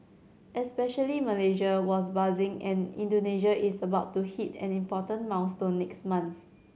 especially Malaysia was buzzing and Indonesia is about to hit an important milestone next month